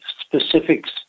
specifics